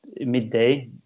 midday